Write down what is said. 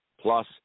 plus